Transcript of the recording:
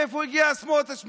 מאיפה הגיע סמוטריץ'?